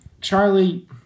Charlie